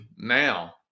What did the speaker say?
now